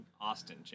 Austin